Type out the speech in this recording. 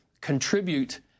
contribute